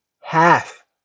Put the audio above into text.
half